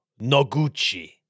Noguchi